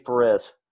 Perez